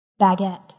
baguette